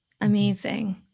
amazing